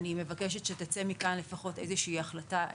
אני מבקשת שתצא מכאן לפחות איזושהי החלטה,